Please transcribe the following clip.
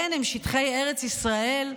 כן, הם שטחי ארץ ישראל.